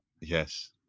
Yes